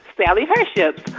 sally herships.